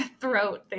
throat